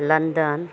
London